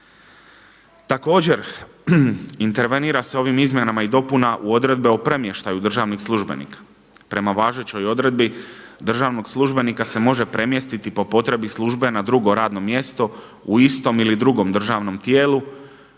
Također intervenira se ovim izmjenama i dopunama u odredbe o premještaju državnih službenika. Prema važećoj odredbi, državnog službenika se može premjestiti po potrebi službe na drugo radno mjesto u istom ili drugom državnom tijelu,